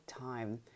time